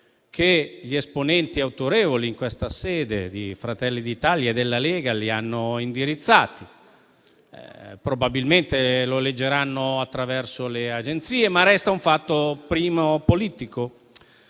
che gli esponenti autorevoli di Fratelli d'Italia e della Lega gli hanno indirizzato in questa sede. Probabilmente lo leggeranno attraverso le agenzie, ma resta un fatto prima politico